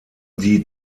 die